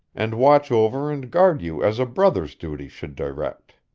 and watch over and guard you as a brother's duty should direct.